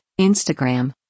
Instagram